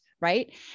Right